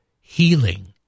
healing